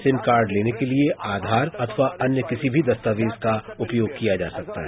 SIM card लेने के लिए आधार अथवा अन्य किसी भी दस्तावेज का उपयोग किया जा सकता है